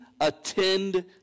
attend